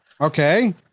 okay